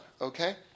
Okay